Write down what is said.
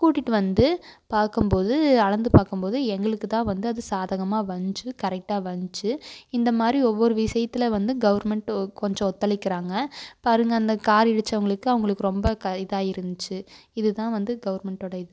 கூட்டிகிட்டு வந்து பார்க்கம் போது அளந்து பார்க்கம் போது எங்களுக்கு தான் வந்து அது சாதகமாக வந்துச்சு கரெக்டாக வந்துச்சு இந்த மாதிரி ஒவ்வொரு விஷயத்துல வந்து கவர்மெண்ட்டு கொஞ்சம் ஒத்துழைக்கிறாங்க பாருங்கள் அந்த காரு இடித்தவங்களுக்கு அவர்களுக்கு ரொம்ப க இதாக இருந்துச்சு இதுதான் வந்து கவர்மெண்ட்டோடய இது